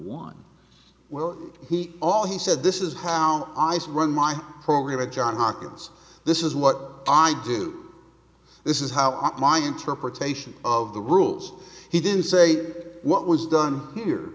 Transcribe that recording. one well he all he said this is how i've run my program at john hopkins this is what i do this is how are my interpretation of the rules he didn't say what was done here